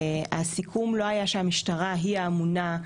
הסיכום לא היה שהמשטרה היא האמונה.